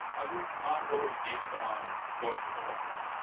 are these not really gated on going to the lectures?